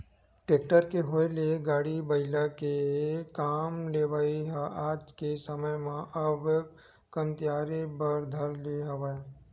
tractor के होय ले गाड़ा बइला ले काम लेवई ह आज के समे म अब कमतियाये बर धर ले हवय